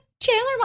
Chandler